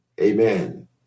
Amen